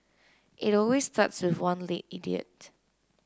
it always starts with one late idiot